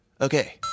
okay